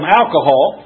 alcohol